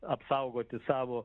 apsaugoti savo